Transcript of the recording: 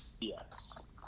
Yes